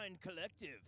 Collective